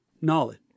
knowledge